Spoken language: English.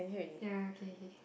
ya okay K